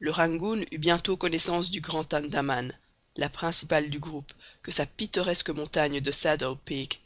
le rangoon eut bientôt connaissance du grand andaman la principale du groupe que sa pittoresque montagne de saddle peak